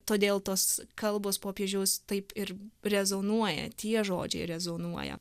todėl tos kalbos popiežiaus taip ir rezonuoja tie žodžiai rezonuoja